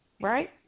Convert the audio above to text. right